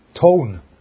tone